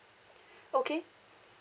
okay